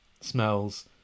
smells